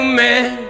man